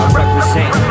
represent